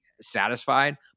satisfied